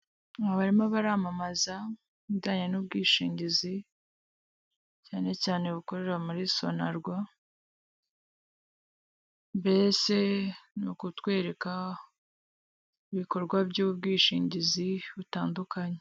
Hano barimo baramamaza ibijyanye n'ubwishingizi, cyane cyane bukorera muri sonarwa; mbese ni ukutwereka ibikorwa by'ubwishingizi butandukanye.